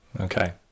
Okay